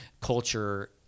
culture